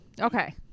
Okay